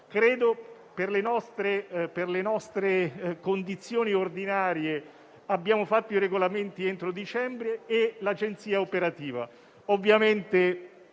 legge. Per le nostre condizioni ordinarie abbiamo fatto i regolamenti entro dicembre e l'Agenzia è operativa.